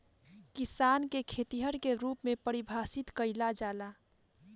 किसान के खेतिहर के रूप में परिभासित कईला जाला